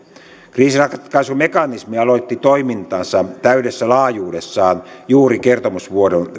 kriisinratkaisumekanismi aloitti toimintansa täydessä laajuudessaan juuri kertomusvuoden